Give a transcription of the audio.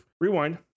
rewind